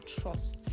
trust